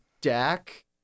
Dak